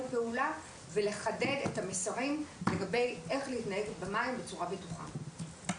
פעולה ולחדד את המסרים לגבי איך להתנהג במים בצורה בטוחה.